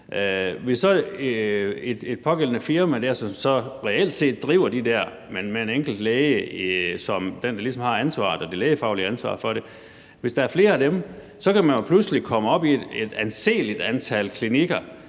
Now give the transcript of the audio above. Hvis så det pågældende firma, som reelt set driver de der klinikker med en enkelt læge som den, der ligesom har det lægefaglige ansvar for det, omfatter flere læger med ydernumre, så kan man jo pludselig komme op på et anseligt antal klinikker